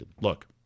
Look